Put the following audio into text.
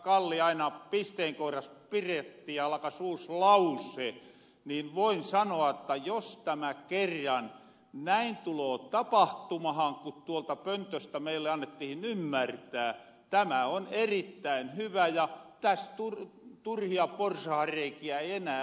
kalli aina pisteen kohras pirätti ja alkas uus lause niin voin sanoa että jos tämä kerran näin tuloo tapahtumahan kun tuolta pöntöstä meille annettihin ymmärtää tämä on erittäin hyvä ja täs turhia porsahanreikiä ei enää oo